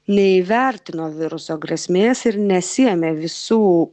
neįvertino viruso grėsmės ir nesiėmė visų